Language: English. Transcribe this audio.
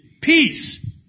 peace